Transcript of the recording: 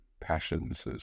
passions